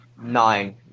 nine